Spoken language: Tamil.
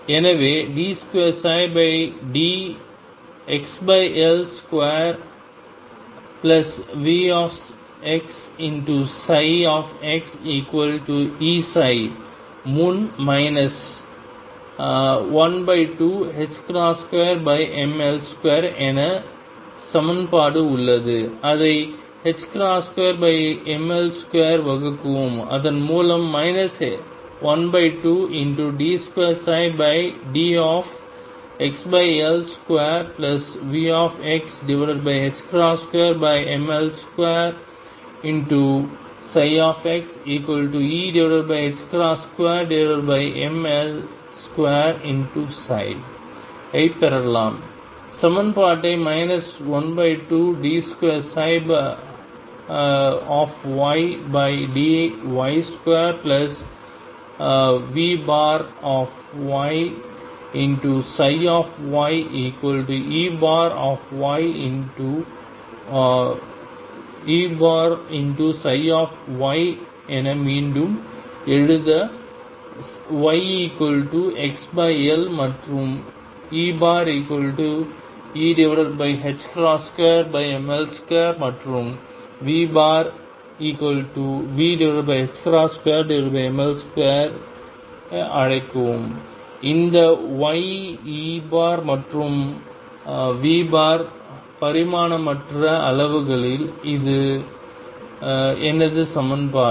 எனவே d2d2VxxEψ முன் மைனஸ் 12 2mL2 என சமன்பாடு உள்ளது அதை 2mL2வகுக்கவும் அதன் மூலம் 12d2dxL2Vx2mL2 ψxE2mL2 ψ ஐப் பெறலாம் சமன்பாட்டை 12d2ydy2V ψyE ψ என மீண்டும் எழுத yxL மற்றும் EE2mL2 மற்றும் VV2mL2 ஐ அழைக்கவும் இந்த y E மற்றும் V பரிமாணமற்ற அளவுகளில் அது எனது சமன்பாடு